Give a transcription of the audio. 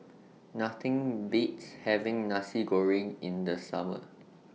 Nothing Beats having Nasi Goreng in The Summer